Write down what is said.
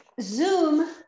Zoom